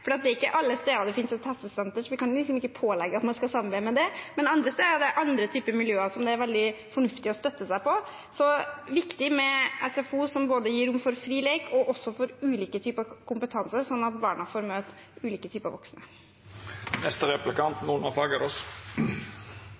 det er ikke alle steder det finnes et hestesenter, så vi kan ikke pålegge at man skal samarbeide med slike. Men andre steder er det andre typer miljøer det er fornuftig å støtte seg på. Det er viktig at SFO gir rom både for fri lek og også for ulike typer kompetanse, slik at barna får møte ulike typer